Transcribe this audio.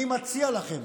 אני מציע לכם